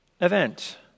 event